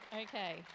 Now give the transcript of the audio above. Okay